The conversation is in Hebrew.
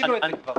ניסינו את זה כבר.